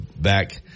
back